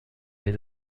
les